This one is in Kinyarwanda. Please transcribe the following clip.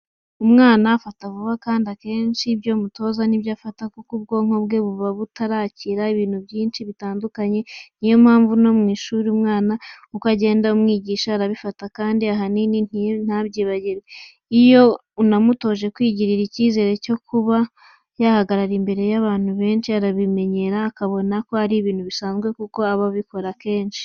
Umwana afata vuba kandi akenshi ibyo umutoza ni byo afata, kuko ubwonko bwe buba butarakira ibintu byinshi bitandukanye, niyo mpamvu no mu ishuri umwana uko ugenda umwigisha arabifata kandi ahanini ntabyibagirwe. Iyo unamutoje kwigirira icyizere cyo kuba yahagarara imbere y'abantu benshi arabimenyera, akabona ko ari ibintu bisanzwe kuko aba abikora kenshi